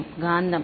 மாணவர் காந்தம்